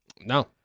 No